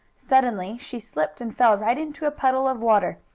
suddenly, she slipped and fell right into a puddle of water,